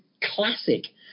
classic